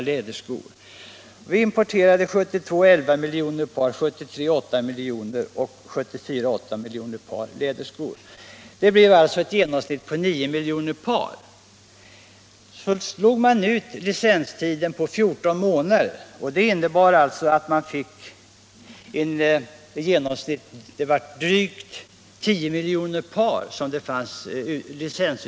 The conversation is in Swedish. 1972 importerade vi 11 miljoner par läderskor. 1973 ca 8 miljoner par och 1974 ca 8 miljoner par. Det blev alltså ett genomsnitt på 9 miljoner par. Licenstiden slogs ut på en 14-månadersperiod, vilket betydde ett genomsnitt på drygt 10 miljoner par.